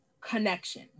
connection